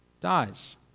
dies